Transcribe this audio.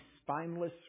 spineless